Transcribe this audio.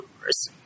Wars